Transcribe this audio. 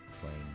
playing